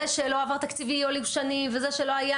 זה שלא עבר שלא תקציב אי אלו שנים וזה שלא היה